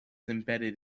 embedded